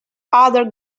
other